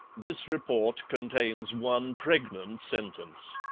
this report contains one pregnant sentence.